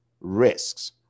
risks